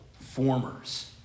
formers